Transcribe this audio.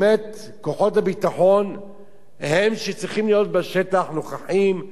כוחות הביטחון הם שצריכים להיות נוכחים בשטח,